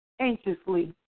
anxiously